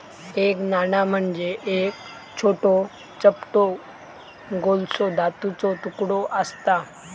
एक नाणा म्हणजे एक छोटो, चपटो गोलसो धातूचो तुकडो आसता